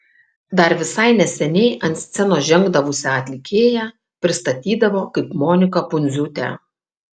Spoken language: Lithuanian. dar visai neseniai ant scenos žengdavusią atlikėją pristatydavo kaip moniką pundziūtę